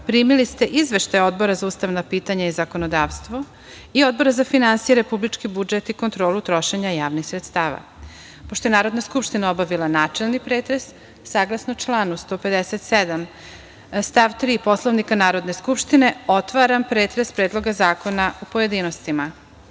ste izveštaje Odbora za ustavna pitanja i zakonodavstvo i Odbora za finansije, republički budžet i kontrolu trošenja javnih sredstava. Pošto je Narodna skupština obavila načelni pretres, saglasno članu 157. stav 3. Poslovnika Narodne skupštine, otvaram pretres Predloga zakona u pojedinostima. Na